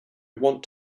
want